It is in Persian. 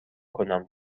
کنم